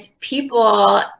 people